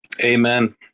Amen